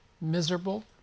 miserable